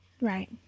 Right